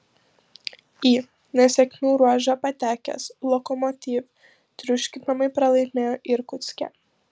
į nesėkmių ruožą patekęs lokomotiv triuškinamai pralaimėjo irkutske